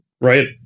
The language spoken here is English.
Right